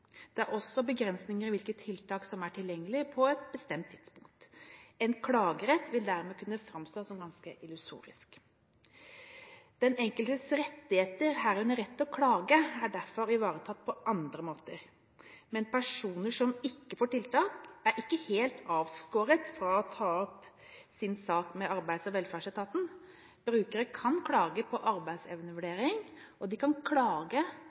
Det er også begrensninger i hvilke tiltak som er tilgjengelige på et bestemt tidspunkt. En klagerett vil dermed kunne framstå som ganske illusorisk. Den enkeltes rettigheter, herunder rett til å klage, er derfor ivaretatt på andre måter. Personer som ikke får tiltak, er ikke helt avskåret fra å ta opp sin sak med Arbeids- og velferdsetaten. Brukere kan klage på arbeidsevnevurdering, og de kan klage